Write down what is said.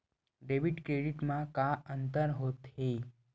Debit credit मा का अंतर होत हे?